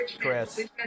Chris